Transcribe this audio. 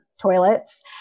toilets